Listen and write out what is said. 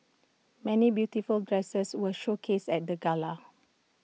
many beautiful dresses were showcased at the gala